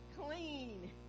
clean